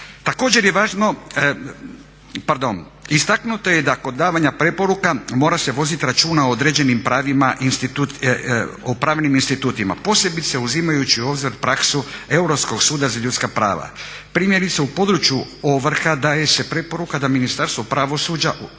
Također je važno, pardon, istaknuto je da kod davanja preporuka mora se voditi računa o određenim pravnim institutima, posebice uzimajući u obzir praksu Europskog suda za ljudska prava. Primjerice, u području ovrha daje se preporuka da Ministarstvo pravosuđa